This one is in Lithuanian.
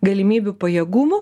galimybių pajėgumų